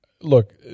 look